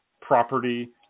property